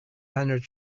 hundred